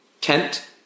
Kent